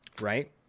right